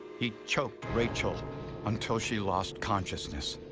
he choked rachel until she lost consciousness.